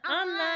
online